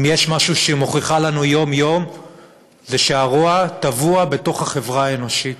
אם יש משהו שהיא מוכיחה לנו יום-יום זה שהרוע טבוע בתוך החברה האנושית,